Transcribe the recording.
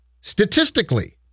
Statistically